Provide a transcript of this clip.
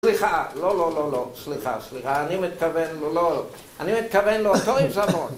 סליחה, לא, לא, לא, לא, סליחה, סליחה, אני מתכוון, לא, אני מתכוון לאותו עיזבון